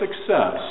success